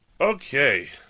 Okay